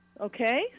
Okay